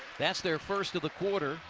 thats their first of the quarter.